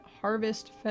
harvest